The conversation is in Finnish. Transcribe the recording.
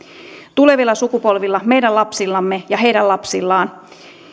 tulevilla sukupolvilla meidän lapsillamme ja heidän lapsillaan